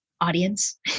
audience